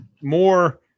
more